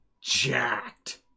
jacked